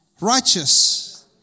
righteous